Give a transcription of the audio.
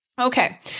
Okay